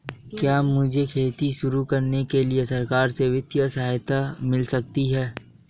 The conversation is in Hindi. क्या मुझे खेती शुरू करने के लिए सरकार से वित्तीय सहायता मिल सकती है?